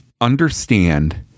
understand